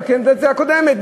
בקדנציה הקודמת,